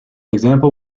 example